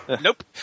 Nope